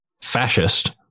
fascist